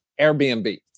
Airbnb